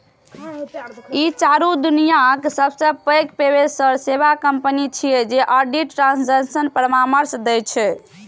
ई चारू दुनियाक सबसं पैघ पेशेवर सेवा कंपनी छियै जे ऑडिट, ट्रांजेक्शन परामर्श दै छै